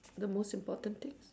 the most important things